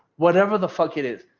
whatever the fuck it is.